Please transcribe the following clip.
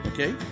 Okay